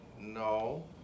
No